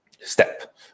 step